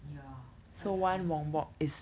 ya quite true